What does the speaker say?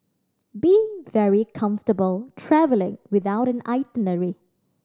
be very comfortable travelling without an itinerary